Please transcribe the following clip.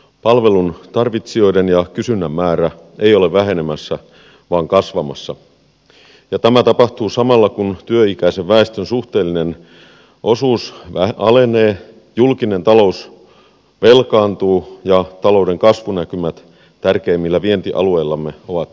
palveluiden tarvitsijoiden ja kysynnän määrä eivät ole vähenemässä vaan kasvamassa ja tämä tapahtuu samalla kun työikäisen väestön suhteellinen osuus alenee julkinen talous velkaantuu ja talouden kasvunäkymät tärkeimmillä vientialueillamme ovat vaisut